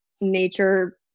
nature